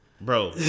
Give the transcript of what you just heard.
Bro